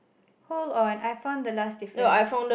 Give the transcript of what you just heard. hold on I found the last difference